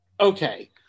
Okay